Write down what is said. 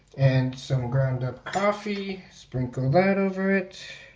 and some ground-up coffee sprinkle that over it.